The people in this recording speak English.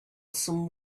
some